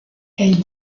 elle